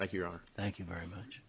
like you are thank you very much